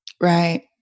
Right